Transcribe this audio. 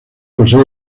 posee